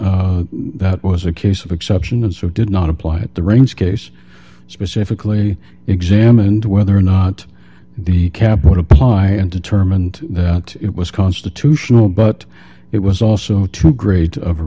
that was a case of exception and so did not apply at the range case specifically examined whether or not the cap what apply and determined that it was constitutional but it was also too great of a